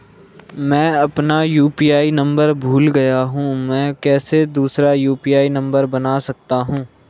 मैं अपना UPI number भूल गया हूँ मैं कैसे दूसरा यु.पी.आई नम्बर बना सकता हूँ?